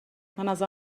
بنظر